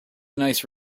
nice